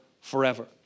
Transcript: forever